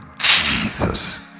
Jesus